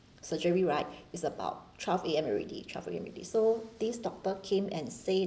surgery right it's about twelve A_M already twelve A_M already so this doctor came and said